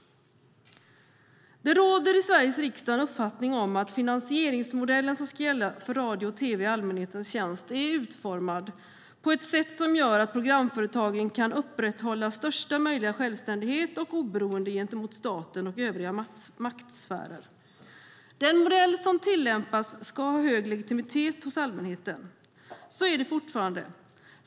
Det råder i Sveriges riksdag en uppfattning om att den finansieringsmodell som ska gälla för radio och tv i allmänhetens tjänst är utformad på ett sätt som gör att programföretagen kan upprätthålla största möjliga självständighet och oberoende gentemot staten och övriga maktsfärer. Den modell som tillämpas ska ha hög legitimitet hos allmänheten. Så är det fortfarande.